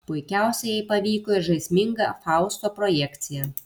puikiausiai jai pavyko ir žaisminga fausto projekcija